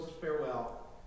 farewell